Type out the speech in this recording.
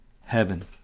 heaven